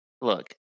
look